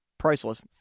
Priceless